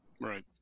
Right